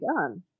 done